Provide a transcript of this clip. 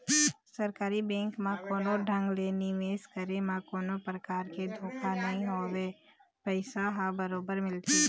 सरकारी बेंक म कोनो ढंग ले निवेश करे म कोनो परकार के धोखा नइ होवय पइसा ह बरोबर मिलथे